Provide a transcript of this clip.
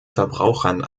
verbrauchern